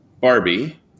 Barbie